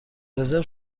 رزرو